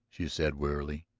she said wearily.